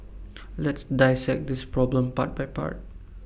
let's dissect this problem part by part